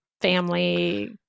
family